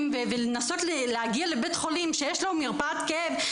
ולנסות להגיע לבית חולים שיש לו מרפאת כאב,